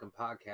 podcast